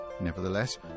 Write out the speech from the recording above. Nevertheless